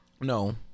No